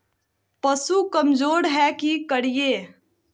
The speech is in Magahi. पशु कमज़ोर है कि करिये?